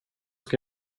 ska